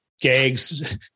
gags